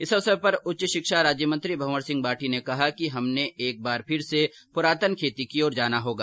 इस अवसर पर उच्च शिक्षा राज्य मंत्री भंवर सिंह भाटी ने कहा कि हमें एक बार फिर से पूरातन खेती की ओर जाना होगा